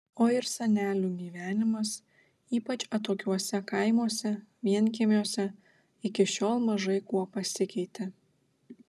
o ir senelių gyvenimas ypač atokiuose kaimuose vienkiemiuose iki šiol mažai kuo pasikeitė